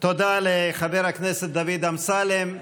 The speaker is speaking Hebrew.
תודה לחבר הכנסת דוד אמסלם.